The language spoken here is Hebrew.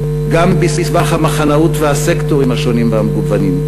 גם בסבך המחנאות והסקטורים השונים והמגוונים,